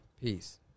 Peace